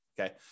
Okay